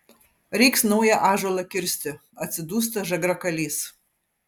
reiks naują ąžuolą kirsti atsidūsta žagrakalys